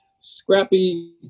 scrappy